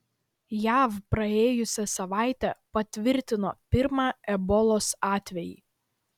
jav praėjusią savaitę patvirtino pirmą ebolos atvejį